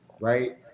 Right